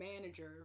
manager